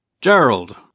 Gerald